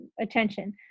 attention